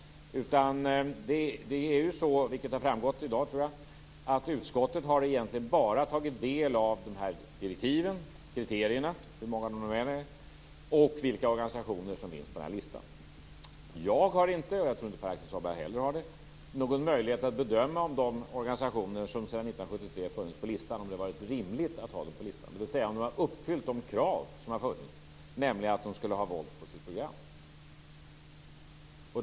Det är ju så, vilket har framgått i dag, att utskottet egentligen bara har tagit del av direktiven, kriterierna - hur många de än är - och vilka organisationer som finns på den här listan. Jag har inte någon möjlighet - jag tror inte heller att Pär-Axel Sahlberg har det - att bedöma om det har varit rimligt att ha de organisationer på listan som har funnits där sedan 1973, dvs. om de har uppfyllt de krav som har ställts, nämligen att de har våld på sitt program.